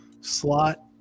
slot